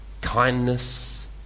kindness